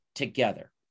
Together